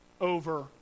over